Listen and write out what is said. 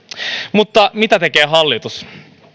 mutta mitä tekee hallitus